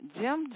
Jim